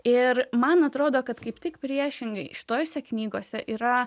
ir man atrodo kad kaip tik priešingai šitose knygose yra